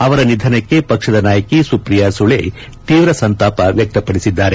ಅವರ ನಿಧನಕ್ಕೆ ಪಕ್ಷದ ನಾಯಕಿ ಸುಪ್ರಿಯಾ ಸುಲೆ ತೀವ್ರ ಸಂತಾಪ ವ್ಯಕ್ತಪದಿಸಿದ್ದಾರೆ